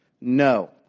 No